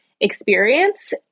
experience